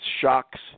shocks